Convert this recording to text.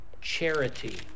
charity